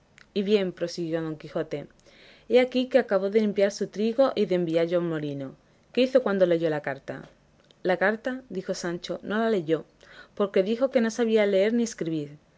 y bien prosiguió don quijote he aquí que acabó de limpiar su trigo y de enviallo al molino qué hizo cuando leyó la carta la carta dijo sancho no la leyó porque dijo que no sabía leer ni escribir